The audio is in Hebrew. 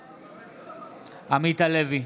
בעד עמית הלוי,